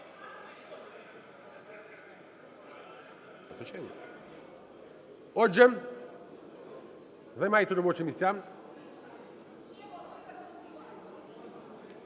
Отже, займайте робочі місця.